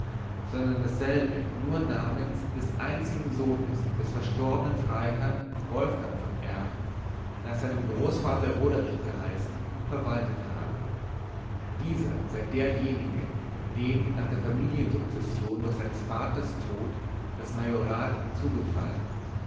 sondern dasselbe nur namens des einzigen sohnes des verstorbenen freiherrn wolfgang von r nach seinem großvater roderich geheißen verwaltet habe dieser sei derjenige dem nach der familiensukzession durch seines vaters tod das majorat zugefallen